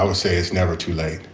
ah say it's never too late.